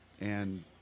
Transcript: And-